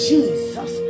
Jesus